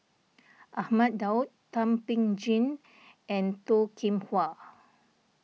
Ahmad Daud Thum Ping Tjin and Toh Kim Hwa